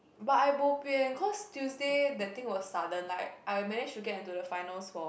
but I bo bian cause Tuesday that thing was sudden like I managed to get into the finals for